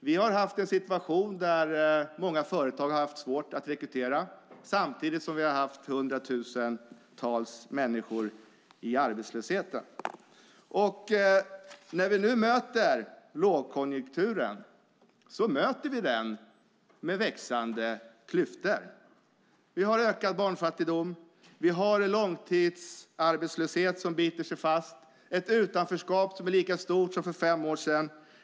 Vi har haft en situation där många företag har haft svårt att rekrytera, samtidigt som vi har haft hundratusentals människor i arbetslöshet. När vi nu möter lågkonjunkturen möter vi den med växande klyftor. Vi har en ökad barnfattigdom. Vi har en långtidsarbetslöshet som biter sig fast, ett utanförskap som är lika stort som för fem år sedan.